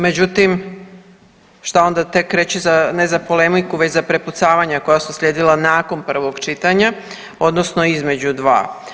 Međutim, šta onda tek reći ne za polemiku već za prepucavanja koja su uslijedila nakon prvog čitanja, odnosno između dva.